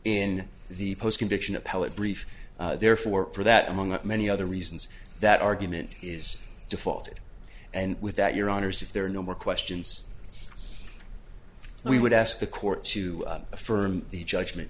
in the post conviction appellate brief therefore for that among many other reasons that argument is defaulted and with that your honors if there are no more questions we would ask the court to affirm the judgment